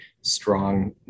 strong